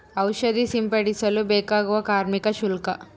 ಔಷಧಿ ಸಿಂಪಡಿಸಲು ಬೇಕಾಗುವ ಕಾರ್ಮಿಕ ಶುಲ್ಕ?